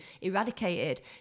eradicated